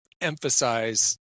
emphasize